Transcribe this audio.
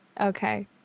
Okay